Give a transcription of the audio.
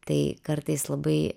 tai kartais labai